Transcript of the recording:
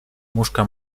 muszka